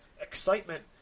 excitement